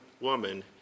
woman